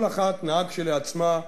כל אחת נאה כשלעצמה,